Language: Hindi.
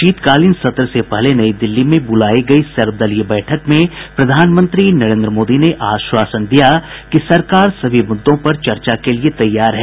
शीतकालीन सत्र से पहले नई दिल्ली में बुलाई गई सर्वदलीय बैठक में प्रधानमंत्री नरेन्द्र मोदी ने आश्वासन दिया कि सरकार सभी मुद्दों पर चर्चा के लिए तैयार है